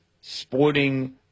sporting